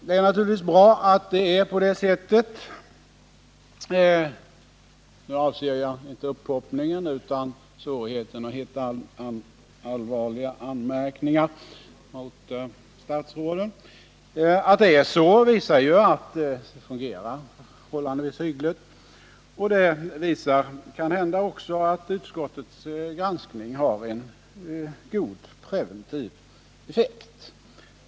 Det är naturligtvis bra att det är på det sättet — nu avser jag inte uppoppningen utan svårigheten att hitta allvarliga anmärkningar mot statsråden. Detta visar ju att det fungerar förhållandevis hyggligt. Det visar kanhända också att utskottets granskning har en god preventiv effekt.